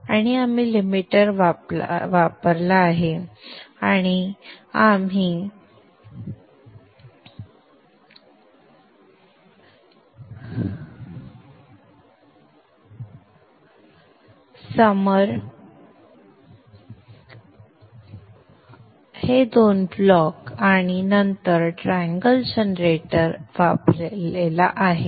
आणि आपण लिमिटर वापरला आहे आपण उन्हाळा हे दोन ब्लॉक आणि नंतर ट्रँगल जनरेटर वापरला आहे